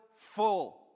full